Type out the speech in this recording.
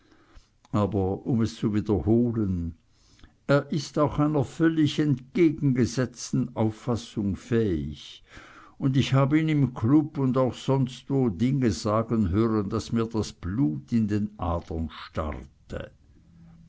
aber um es zu wiederholen er ist auch einer völlig entgegengesetzten auffassung fähig und ich hab ihn im klub und auch sonstwo dinge sagen hören daß mir das blut in den adern starrte